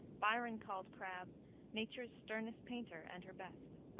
byron called crabbe nature's sternest painter, and her best.